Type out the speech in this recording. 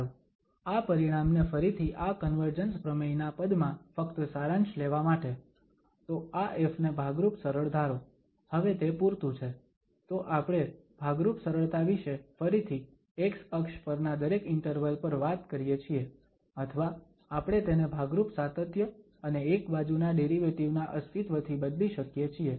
સારુ આ પરિણામને ફરીથી આ કન્વર્જન્સ પ્રમેયના પદમાં ફક્ત સારાંશ લેવા માટે તો આ ƒ ને ભાગરૂપ સરળ ધારો હવે તે પૂરતું છે તો આપણે ભાગરૂપ સરળતા વિશે ફરીથી x અક્ષ પરનાં દરેક ઇન્ટરવલ પર વાત કરીએ છીએ અથવા આપણે તેને ભાગરૂપ સાતત્ય અને એક બાજુના ડેરિવેટિવ ના અસ્તિત્વથી બદલી શકીએ છીએ